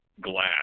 glass